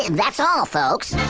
that's all, folks